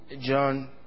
John